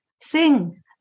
sing